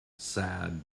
sad